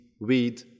weed